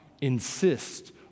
insist